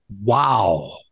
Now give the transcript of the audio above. Wow